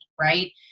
right